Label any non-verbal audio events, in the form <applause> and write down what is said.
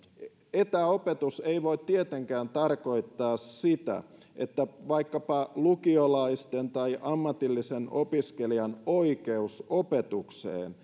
etäopetus ei voi tietenkään tarkoittaa sitä että vaikkapa lukiolaisen tai ammatillisen opiskelijan oikeus opetukseen <unintelligible>